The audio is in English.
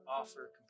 offer